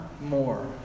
more